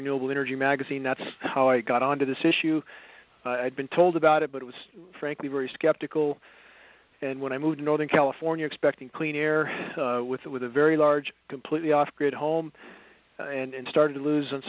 renewable energy magazine that's how i got on to this issue i'd been told about it but it was frankly very skeptical and when i moved to northern california expecting clean air with it with a very large completely off grid home and started to lose